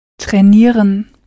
Trainieren